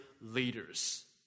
leaders